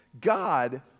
God